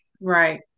Right